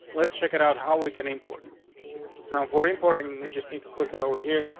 let's check it out. how we can importance now for importing. we just need to click it over here.